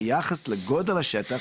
שביחס לגודל השטח,